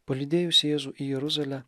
palydėjus jėzų į jeruzalę